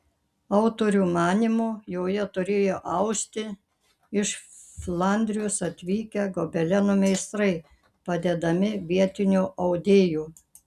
autorių manymu joje turėjo austi iš flandrijos atvykę gobeleno meistrai padedami vietinių audėjų